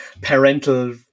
parental